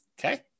Okay